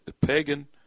pagan